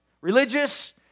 religious